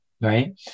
right